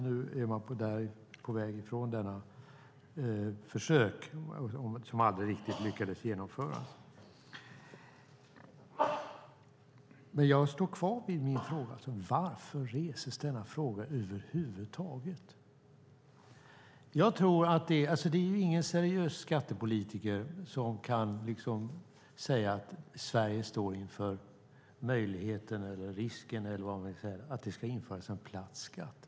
Nu är man där på väg ifrån detta försök, som aldrig riktigt lyckades. Jag står kvar vid min undran: Varför reses denna fråga över huvud taget? Det är ju ingen seriös skattepolitiker som kan säga att Sverige står inför möjligheten eller risken att det ska införas en platt skatt.